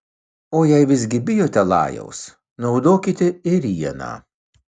o jei visgi bijote lajaus naudokite ėrieną